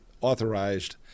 authorized